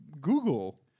Google